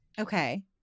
Okay